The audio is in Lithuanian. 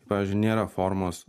pavyzdžiui nėra formos